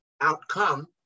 outcome